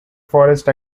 forest